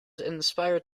inspired